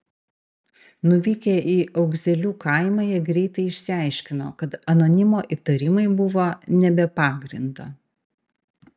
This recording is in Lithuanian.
nuvykę į augzelių kaimą jie greitai išsiaiškino kad anonimo įtarimai buvo ne be pagrindo